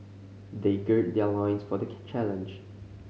they gird their loins for the challenge